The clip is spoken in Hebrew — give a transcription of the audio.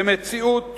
במציאות